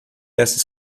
essas